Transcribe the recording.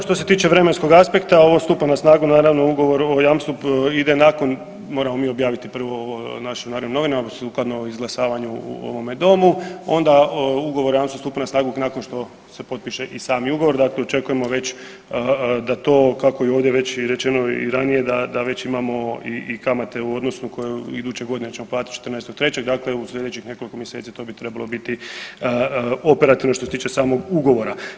Što se tiče vremenskog aspekta, ovo stupa na snagu naravno, Ugovor o jamstvu ide nakon, moramo mi objaviti prvo ovo naše Narodne novine, sukladno izglasavanju u ovome Domu, onda Ugovor o jamstvu stupa na snagu nakon što se potiše i sami Ugovor, dakle očekujemo već da to kako je ovdje već i rečeni ranije, da već imamo i kamate u odnosu na koju iduće godine ćemo platiti 14.03., dakle u sljedećih nekoliko mjeseci to bi trebalo biti operativno, što se tiče samog Ugovora.